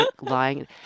lying